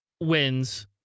wins